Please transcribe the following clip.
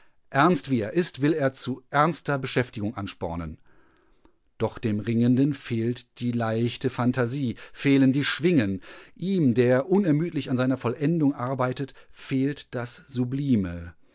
ernst wie er ist will er zu ernster beschäftigung anspornen doch dem ringenden fehlt die leichte phantasie fehlen die schwingen ihm der unermüdlich an seiner vollendung arbeitet fehlt das sublime